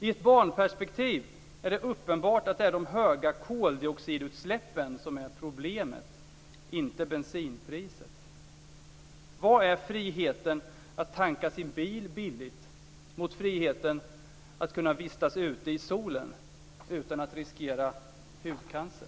I ett barnperspektiv är det uppenbart att det är de höga koldioxidutsläppen som är problemet - inte bensinpriset. Vad är friheten att tanka sin bil billigt mot friheten att kunna vistas ute i solen utan att riskera hudcancer?